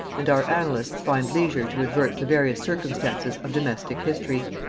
and our annalists find leisure to advert to various circumstances of domestic history.